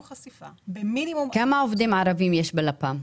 חשיפה במינימום -- כמה עובדים ערבים יש בלפ"מ?